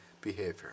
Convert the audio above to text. behavior